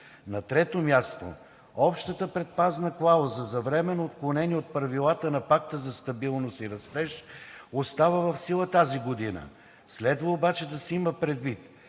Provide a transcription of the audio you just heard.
На трето място, общата предпазна клауза за временно отклонение от Правилата на пакта за стабилност и растеж остава в сила тази година. Следва обаче да се има предвид,